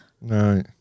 Right